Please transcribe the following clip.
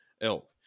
elk